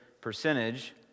percentage